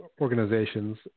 organizations